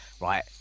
right